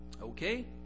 Okay